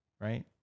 right